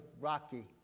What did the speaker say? rocky